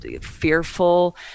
fearful